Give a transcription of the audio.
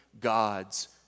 God's